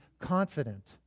confident